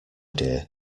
dear